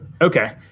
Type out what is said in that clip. Okay